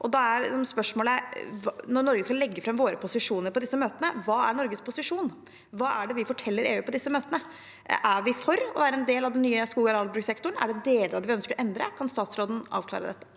Når Norge skal legge fram sine posisjoner på disse møtene, hva er Norges posisjon? Hva er det vi forteller EU på disse møtene? Er vi for å være en del av den nye skog- og arealbrukssektoren? Er det deler av det vi ønsker å endre? Kan statsråden avklare dette?